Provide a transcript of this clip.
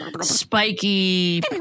spiky